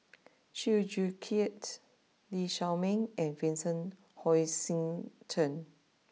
Chew Joo Chiat Lee Shao Meng and Vincent Hoisington